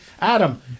adam